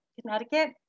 Connecticut